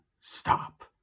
stop